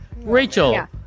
Rachel